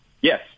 Yes